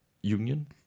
Union